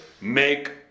make